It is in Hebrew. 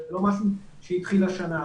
זה לא משהו שהתחיל השנה.